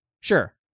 sure